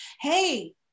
hey